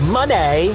Money